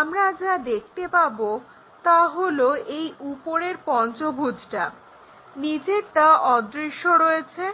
আমরা যা দেখতে পাবো তা হলো এই উপরের পঞ্চভুজটা নিচেরটা অদৃশ্য রয়েছে